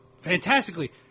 Fantastically